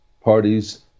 parties